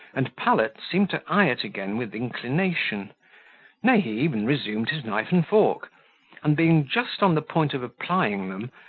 and pallet seemed to eye it again with inclination nay, he even resumed his knife and fork and being just on the point of applying them,